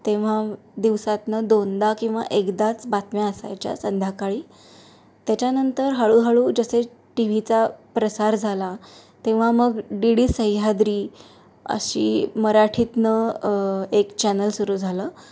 तेव्हा दिवसातनं दोनदा किंवा एकदाच बातम्या असायच्या संध्याकाळी त्याच्यानंतर हळूहळू जसे टी व्हीचा प्रसार झाला तेव्हा मग डी डी सह्याद्री अशी मराठीतनं एक चॅनल सुरू झालं